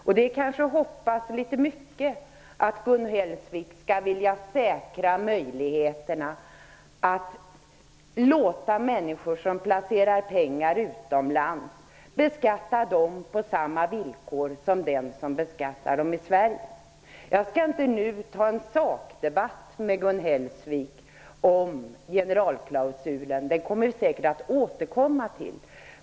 Det är kanske att hoppas litet mycket att Gun Hellsvik skall vilja säkra möjligheterna att låta människor som placerar pengar utomlands skatta för dem på samma villkor som den som skattar för dem i Sverige. Jag skall inte nu ta en sakdebatt med Gun Hellsvik om generalklausulen. Den kommer vi säkert att återkomma till.